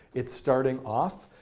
it's starting off.